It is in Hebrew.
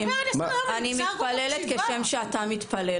אני מתפללת כשם שאתה מתפלל.